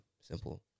Simple